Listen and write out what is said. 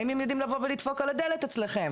האם הם יודעים לבוא ולדפוק על הדלת אצלכם?